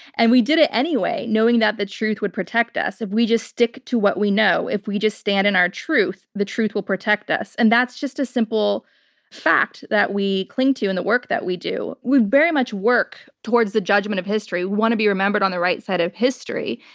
and we did it anyway, knowing that the truth would protect us. if we just stick to what we know, if we just stand in our truth, the truth will protect us. and that's just a simple fact that we cling to in and the work that we do. we very much work towards the judgment of history. we want to be remembered on the right side of history.